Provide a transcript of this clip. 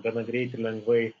gana greit ir lengvai